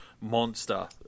monster